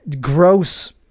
gross